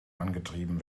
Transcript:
angetrieben